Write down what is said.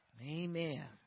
Amen